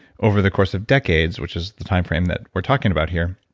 over the course of decades which is the timeframe that we're talking about here,